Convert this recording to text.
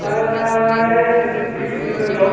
এই তিনি দুই তিনিদিনৰ ভিতৰত